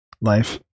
life